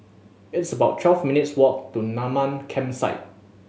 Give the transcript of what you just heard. it's about twelve minutes' walk to Mamam Campsite